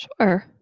sure